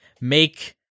make